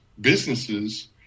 businesses